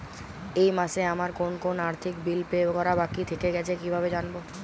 এই মাসে আমার কোন কোন আর্থিক বিল পে করা বাকী থেকে গেছে কীভাবে জানব?